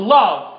love